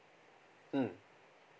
mm